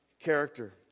character